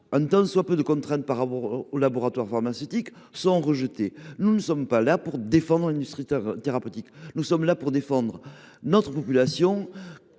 d’imposer des contraintes aux laboratoires pharmaceutiques sont rejetés. Or nous ne sommes pas là pour défendre l’industrie pharmaceutique ! Nous sommes là pour défendre notre population,